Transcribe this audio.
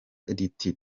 riti